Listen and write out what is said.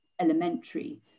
elementary